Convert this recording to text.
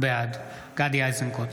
בעד גדי איזנקוט,